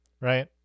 right